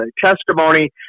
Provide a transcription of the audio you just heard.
testimony